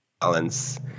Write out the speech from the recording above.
balance